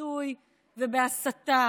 בשיסוי ובהסתה,